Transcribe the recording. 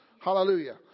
Hallelujah